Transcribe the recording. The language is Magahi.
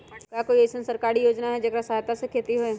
का कोई अईसन सरकारी योजना है जेकरा सहायता से खेती होय?